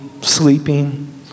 sleeping